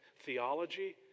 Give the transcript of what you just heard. theology